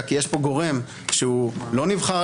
סעיף 120 קובע שאין ביקורת שיפוטית על